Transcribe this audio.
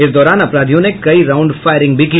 इस दौरान अपराधियों ने कई राउंड फायरिंग भी की